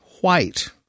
white